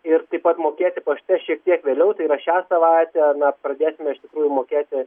ir taip pat mokėti pašte šiek tiek vėliau tai yra šią savaitę mes pradėsime iš tikrųjų mokėti